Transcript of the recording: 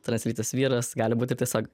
translytis vyras gali būti tiesiog